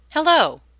Hello